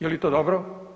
Je li to dobro?